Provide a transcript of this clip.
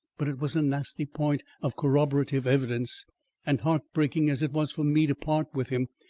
but it was a nasty point of corroborative evidence and heart-breaking as it was for me to part with him,